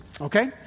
Okay